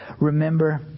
remember